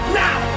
now